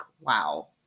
wow